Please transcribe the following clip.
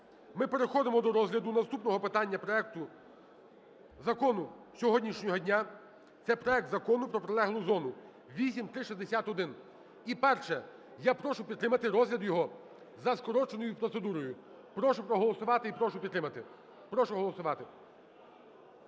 ми переходимо до розгляду наступного питання проекту закону сьогоднішнього дня - це проект Закону про прилеглу зону (8361). І, перше, я прошу підтримати розгляд його за скороченою процедурою. Прошу проголосувати і прошу підтримати. Прошу голосувати.